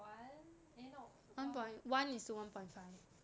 you know one by one is to one point five